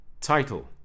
Title